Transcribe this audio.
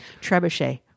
Trebuchet